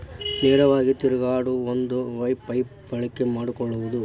ನೇರಾವರಿಗೆ ತಿರುಗಾಡು ಒಂದ ಪೈಪ ಬಳಕೆ ಮಾಡಕೊಳುದು